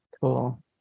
Cool